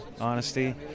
honesty